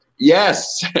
Yes